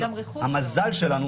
המזל שלנו